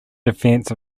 defense